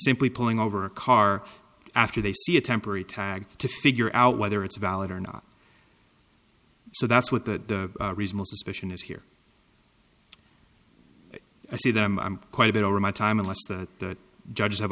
simply pulling over a car after they see a temporary tag to figure out whether it's valid or not so that's what the reasonable suspicion is here i see them quite a bit over my time unless the judges have